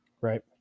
right